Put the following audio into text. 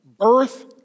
birth